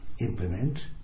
implement